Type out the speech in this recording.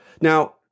Now